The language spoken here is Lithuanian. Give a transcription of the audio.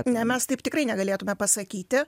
ne mes taip tikrai negalėtume pasakyti